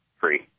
free